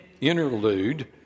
interlude